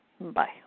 Bye